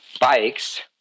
bikes